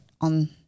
on